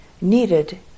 needed